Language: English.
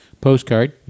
postcard